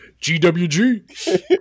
GWG